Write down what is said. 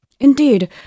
Indeed